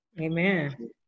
Amen